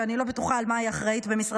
שאני לא בטוחה על מה היא אחראית במשרדה